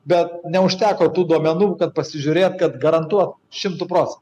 bet neužteko tų duomenų kad pasižiūrėt kad garantuot šimtu procentų